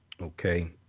Okay